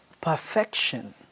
Perfection